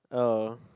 oh